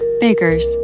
Baker's